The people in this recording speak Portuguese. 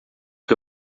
que